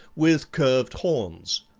with curved horns.